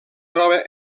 troba